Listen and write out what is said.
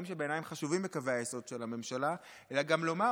שבעיניי הם חשובים בקווי היסוד של הממשלה אלא גם לומר,